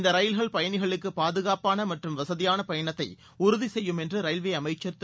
இந்த ரயில்கள் பயணிகளுக்கு பாதுகாப்பான மற்றும் வசதியான பயணத்தை உறுதி செய்யும் என்று ரயில்வே அமைச்சர் திரு